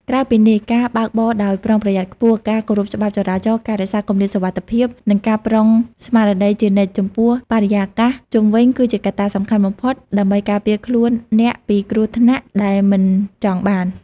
ក្រៅពីនេះ ការបើកបរដោយប្រុងប្រយ័ត្នខ្ពស់ ការគោរពច្បាប់ចរាចរណ៍ ការរក្សាគម្លាតសុវត្ថិភាព និងការប្រុងស្មារតីជានិច្ចចំពោះបរិយាកាសជុំវិញគឺជាកត្តាសំខាន់បំផុតដើម្បីការពារខ្លួនអ្នកពីគ្រោះថ្នាក់ដែលមិនចង់បាន។